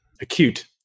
acute